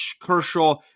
Kershaw –